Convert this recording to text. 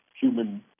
human